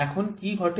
এখন কি ঘটে